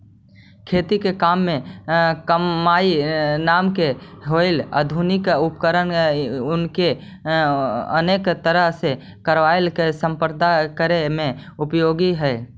खेती के काम में कम्बाइन नाम के एगो आधुनिक उपकरण अनेक तरह के कारम के सम्पादन करे में उपयोगी हई